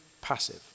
passive